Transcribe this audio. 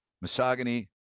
misogyny